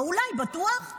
לא אולי, בטוח.